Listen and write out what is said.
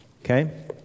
Okay